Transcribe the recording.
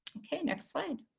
okay next slide.